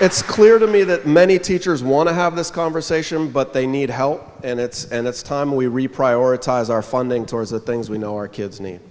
it's clear to me that many teachers want to have this conversation but they need help and it's time we re prioritize our funding towards the things we know our kids nee